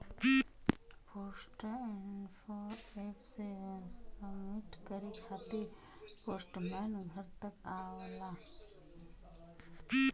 post info app से submit करे खातिर पोस्टमैन घर तक आवला